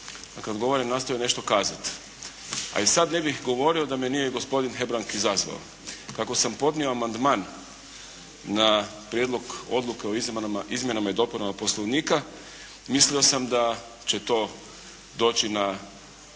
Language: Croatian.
a kad govorim nastojim nešto kazati, a i sad ne bih govorio da me nije gospodin Hebrang izazvao. Kako sam podnio amandman na Prijedlog Odluke o izmjenama i dopunama Poslovnika mislio sam da će to doći na